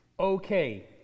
Okay